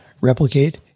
replicate